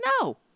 No